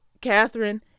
Catherine